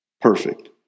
perfect